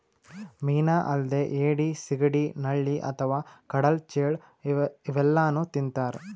ಮೀನಾ ಅಲ್ದೆ ಏಡಿ, ಸಿಗಡಿ, ನಳ್ಳಿ ಅಥವಾ ಕಡಲ್ ಚೇಳ್ ಇವೆಲ್ಲಾನೂ ತಿಂತಾರ್